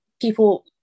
people